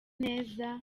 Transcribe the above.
neza